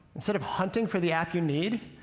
instead of hunting for the app you need,